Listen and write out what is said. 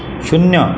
शून्य